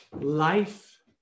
life